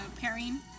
pairing